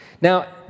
Now